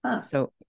So-